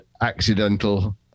accidental